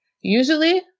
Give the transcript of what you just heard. Usually